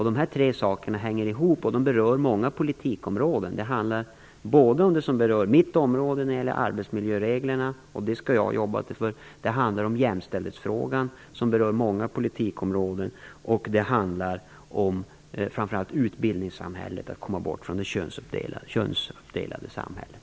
De här tre sakerna hör ihop, och de berör många politikområden. Det handlar om det som berör mitt område, när det gäller arbetsmiljöreglerna. Det handlar om jämställdhetsfrågan, som berör många politikområden. Det handlar dessutom framför allt om utbildningssamhället och om att komma bort från det könsuppdelade samhället.